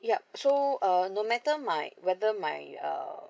yup so uh no matter my whether my uh